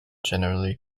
generally